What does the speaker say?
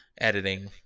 editing